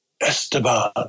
Esteban